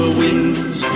wings